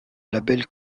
label